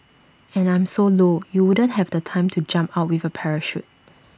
and I'm so low you wouldn't have the time to jump out with A parachute